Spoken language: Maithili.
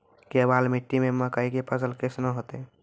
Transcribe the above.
केवाल मिट्टी मे मकई के फ़सल कैसनौ होईतै?